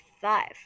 five